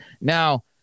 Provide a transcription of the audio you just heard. Now